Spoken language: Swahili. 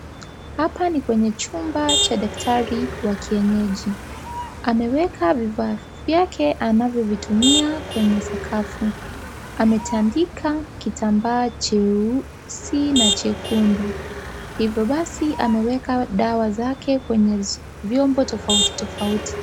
Hapa ni kwenye chumba cha daktari wa kienyeji, ameweka vifaa vyake anavyotumia kwenye sakafu, ametandika kitambaa cheusi na chekundu, hivyo basi ameweka dawa zake kwenye vyombo tofauti tofauti.